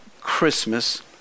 Christmas